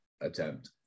Attempt